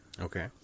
Okay